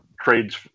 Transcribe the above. trades